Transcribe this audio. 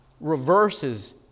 reverses